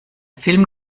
film